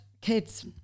kids